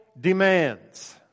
demands